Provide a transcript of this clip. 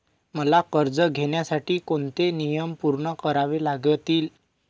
मला कर्ज घेण्यासाठी कोणते नियम पूर्ण करावे लागतील?